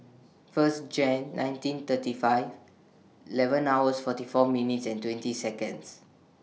First Jan nineteen thirty five eleven hours forty four minutes and twenty Seconds